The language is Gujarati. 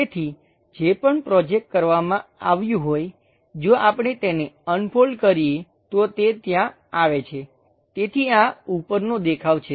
તેથી જે પણ પ્રોજેકટ કરવામાં આવ્યું હોય જો આપણે તેને અનફોલ્ડ કરીએ તો તે ત્યાં આવે છે તેથી આ ઉપરનો દેખાવ છે